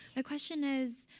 ah question is,